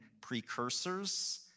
precursors